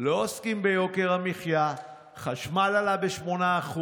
לא עוסקים ביוקר המחיה, החשמל עלה ב-8%,